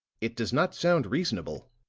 it does not sound reasonable.